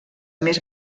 més